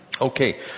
Okay